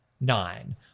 nine